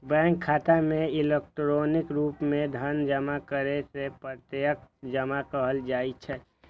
bank खाता मे electronic रूप मे धन जमा करै के प्रत्यक्ष जमा कहल जाइ छै